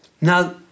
Now